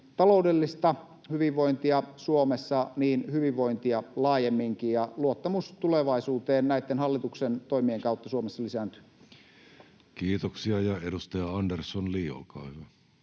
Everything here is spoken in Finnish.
taloudellista hyvinvointia Suomessa myös hyvinvointia laajemminkin, ja luottamus tulevaisuuteen näitten hallituksen toimien kautta Suomessa lisääntyy. [Speech 29] Speaker: Jussi Halla-aho